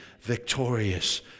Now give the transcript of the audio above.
victorious